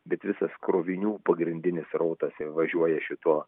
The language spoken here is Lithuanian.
bet visas krovinių pagrindinis srautas važiuoja šituo